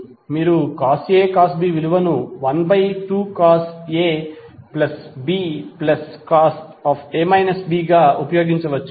మీరు cos A cos B విలువను 1 by 2 cos A plus B plus cos Cos గా ఉపయోగించవచ్చు